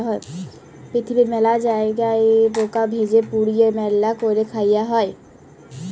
পিরথিবীর মেলা জায়গায় পকা ভেজে, পুড়িয়ে, রাল্যা ক্যরে খায়া হ্যয়ে